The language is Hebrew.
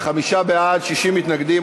חמישה בעד, 60 מתנגדים.